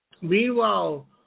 Meanwhile